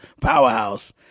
powerhouse